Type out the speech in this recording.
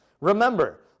Remember